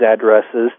addresses